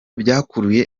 byakuruye